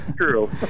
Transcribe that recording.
true